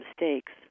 mistakes